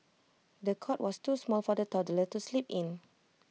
the cot was too small for the toddler to sleep in